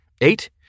Eight